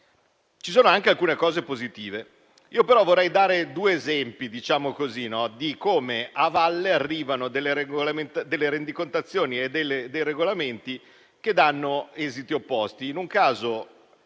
Ci sono anche alcune cose positive. Io però vorrei dare due esempi di come a valle arrivino delle rendicontazioni e dei regolamenti che danno esiti opposti: